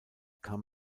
kam